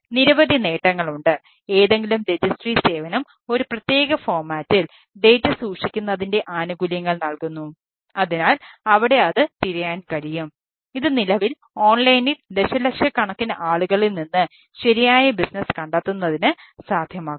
നിരവധി നേട്ടങ്ങളുണ്ട് ഏതെങ്കിലും രജിസ്ട്രി കണ്ടെത്തുന്നത് സാധ്യമാക്കുന്നു